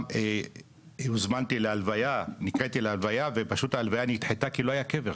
לא פעם נקראתי להלוויה ופשוט ההלוויה נדחתה כי לא היה קבר,